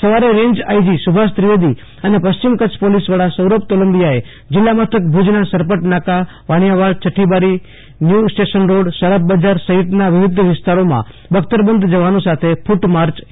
સવારે range IG Subhash Trivedi અને પશ્ચિમ કચ્છ પોલીસવડા સૌરભ તોલંબીયાએ જીલ્લા માંતઃક ભુજના સરપટ નાકા વાણીયાવાડ છઠ્ઠીબારી ન્યુસ્ટેશન રોડ શરાફ બજાર સહિતના વિવિધ વિસ્તારોમાં બખ્તરબંધ જવાનો સાથે ક્રટ માર્ચ યોજી હતી